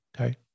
okay